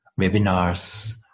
webinars